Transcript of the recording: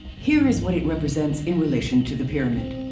here is what it represents in relation to the pyramid.